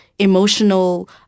emotional